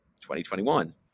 2021